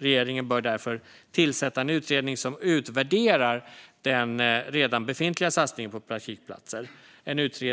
Regeringen bör därför tillsätta en utredning som utvärderar den redan befintliga satsningen på praktikplatser och